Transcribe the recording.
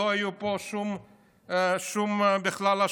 שלא יהיו פה שום אשליות בכלל,